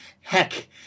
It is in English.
heck